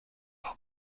will